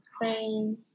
Rain